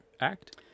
act